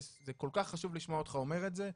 זה כל כך חשוב לשמוע אותך אומר את זה.